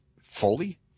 fully